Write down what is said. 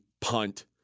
punt